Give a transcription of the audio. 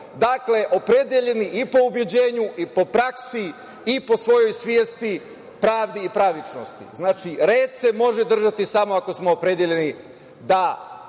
oni opredeljeni i po ubeđenju i po praksi i po svojoj svesti, pravdi i pravičnosti, znači, red se može držati samo ako smo opredeljeni da